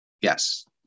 Yes